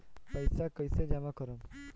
पैसा कईसे जामा करम?